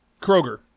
Kroger